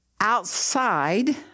outside